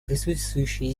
присутствующие